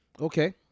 Okay